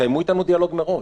תקיימו איתנו דיאלוג מראש.